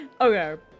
Okay